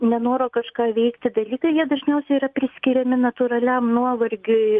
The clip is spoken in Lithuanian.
nenoro kažką veikti dalykai jie dažniausiai yra priskiriami natūraliam nuovargiui